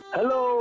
Hello